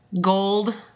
gold